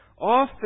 often